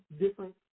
different